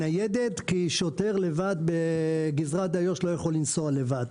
הניידת כי שוטר לבד בגזרת איו"ש לא יכול לנסוע לבד.